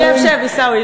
שב, שב, עיסאווי.